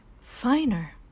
finer